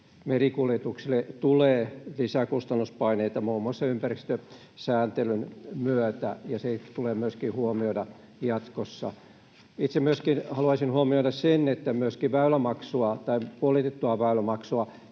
merikuljetuksille tulee lisäkustannuspaineita muun muassa ympäristösääntelyn myötä, ja se tulee huomioida jatkossa. Itse haluaisin huomioida sen, että väylämaksua tai puolitettua väylämaksua